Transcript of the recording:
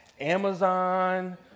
Amazon